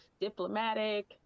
diplomatic